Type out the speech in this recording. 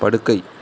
படுக்கை